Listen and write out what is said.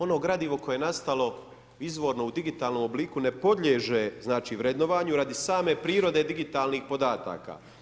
Ono gradivo koje je nastalo izvorno u digitalnom obliku ne podliježe vrednovanju radi same prirode digitalnih podataka.